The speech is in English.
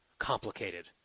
Complicated